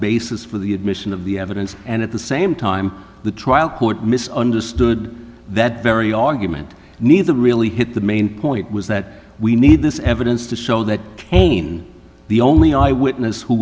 basis for the admission of the evidence and at the same time the trial court miss understood that very argument need to really hit the main point was that we need this evidence to show that the only eyewitness who